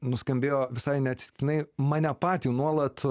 nuskambėjo visai neatsitiktinai mane patį nuolat